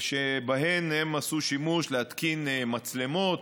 ובהם הן עשו שימוש להתקין מצלמות,